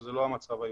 שזה לא המצב היום.